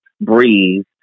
breathe